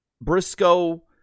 Briscoe